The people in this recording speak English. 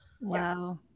Wow